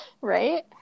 Right